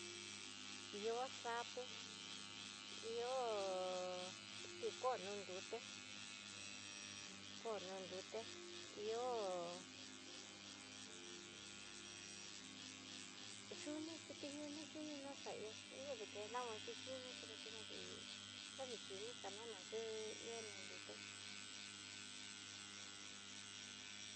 Ihó sapo ihó tikono nruté, kono nruté, ihó yuné kiti ñaní xhí niná xaihó kuni teiná taihó kuda tikena, maxhixhini tu té ihá xhinini kanana xu'u ihó no nruté.